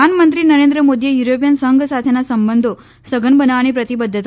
પ્રધાનમંત્રી નરેન્દ્ર મોદીએ યુરોપીયન સંઘ સાથેના સંબંધો સઘન બનાવવાની પ્રતિબધ્ધતા